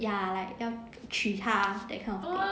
ya like 要娶她 that kind of thing